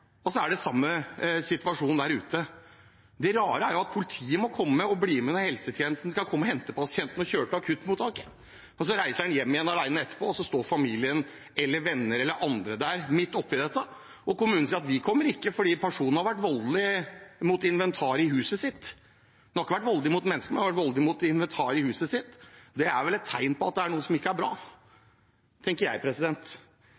og så er de ute igjen og det er den samme situasjonen der ute. Det rare er at politiet må bli med når helsetjenesten skal hente pasienter og kjøre dem til akuttmottaket. Men så reiser pasienten hjem igjen etterpå og da står familie, venner eller andre midt oppi det. Kommunen sier at de ikke vil komme fordi personen har vært voldelig mot inventaret i huset sitt. Personen har ikke vært voldelig mot mennesker, men mot inventaret i huset sitt. Det er vel et tegn på at det er noe som ikke er bra,